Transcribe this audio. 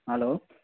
hello